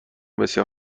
بسیار